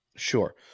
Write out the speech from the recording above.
Sure